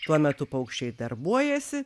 tuo metu paukščiai darbuojasi